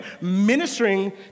ministering